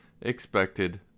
expected